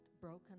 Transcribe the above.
Broken